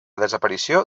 desaparició